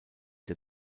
der